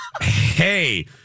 hey